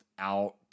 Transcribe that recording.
out